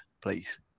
please